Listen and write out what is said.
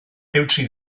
eutsi